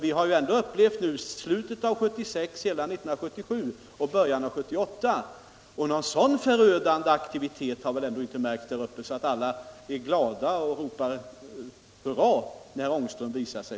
De har nu upplevt slutet av 1976, hela 1977 och början av 1978, och någon sådan förödande aktivitet har väl inte märkts där uppe så att alla är glada och ropar hurra när herr Ångström visar sig.